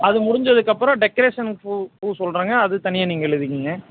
அது முடிஞ்சதுக்கப்புறோம் டெக்கரேஷனுக்கு பூ பூ சொல்றேங்க அது தனியாக நீங்கள் எழுதிக்கங்க